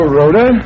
Rhoda